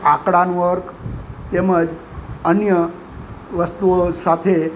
આકડા નું અર્ક તેમજ અન્ય વસ્તુઓ સાથે